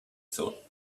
thought